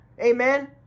amen